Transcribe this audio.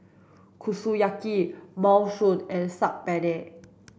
Kushiyaki Minestrone and Saag Paneer